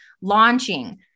launching